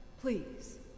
please